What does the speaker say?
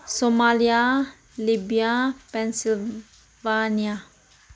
Somalia Libya pennsylvania